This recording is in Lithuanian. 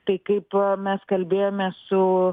tai kaip mes kalbėjomės su